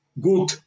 good